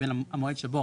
מבין המועד שבו